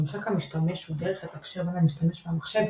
ממשק המשתמש הוא הדרך לתקשר בין המשתמש והמחשב,